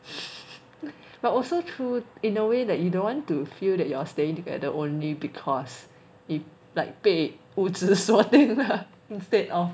but also true in a way that you don't want to feel that you are staying together only because if like 被屋子锁定了 instead of